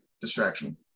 distraction